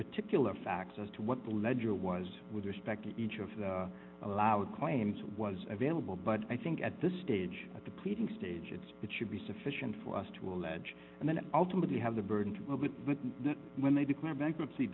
particular facts as to what the ledger was with respect to each of the allowed claims was available but i think at this stage at the pleading stage it's it should be sufficient for us to allege and then ultimately have the burden of it but when they declare bankruptcy